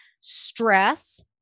stress